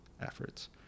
efforts